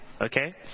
okay